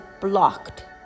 blocked